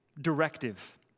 directive